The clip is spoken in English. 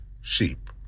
sheep